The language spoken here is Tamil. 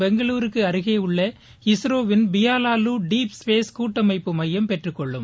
பெங்களூந்த்த அருகே உள்ள இஸ்ரோவின் பிபாலுலு டீப் ஸ்பேஸ் கூட்டமைப்பு மையம் பெற்றுக்கொள்ளும்